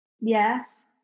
Yes